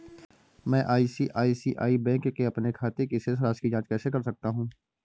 मैं ICICI bank के अपने खाते की शेष राशि की जाँच कैसे कर सकता हूँ?